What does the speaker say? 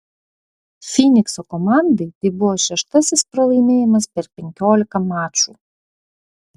fynikso komandai tai buvo šeštasis pralaimėjimas per penkiolika mačų